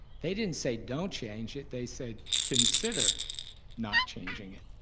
they didn't say don't change it, they said consider not changing it.